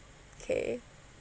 K